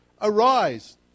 Arise